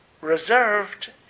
reserved